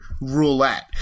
roulette